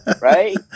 Right